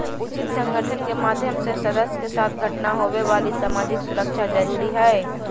उचित संगठन के माध्यम से सदस्य के साथ घटना होवे वाली सामाजिक सुरक्षा जरुरी हइ